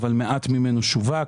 אבל הפערים הם בלתי ניתנים להסבר.